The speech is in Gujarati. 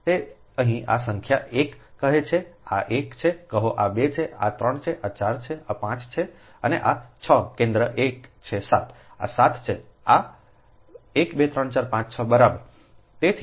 તો અહીં આ સંખ્યા એક કહે છે કે આ 1 છે કહો આ 2 છે આ 3 છે આ 4 છે આ 5 છે અને આ 6 કેન્દ્ર એક છે 7 આ 7 છે 1 2 3 4 5 6 બરાબર